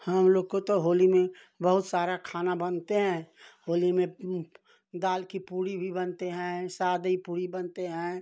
हम लोग को तो होली में बहुत सारे खाना बनते हैं होली में दाल कि पूरी भी बनते हैं सादी पूरी बनते हैं